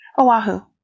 oahu